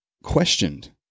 questioned